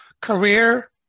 career